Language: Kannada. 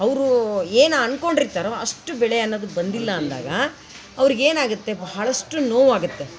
ಅವರು ಏನು ಅನ್ಕೊಂಡಿರ್ತಾರೋ ಅಷ್ಟು ಬೆಳೆ ಅನ್ನೋದು ಬಂದಿಲ್ಲ ಅಂದಾಗ ಅವರಿಗೇನಾಗತ್ತೆ ಬಹಳಷ್ಟು ನೋವು ಆಗುತ್ತೆ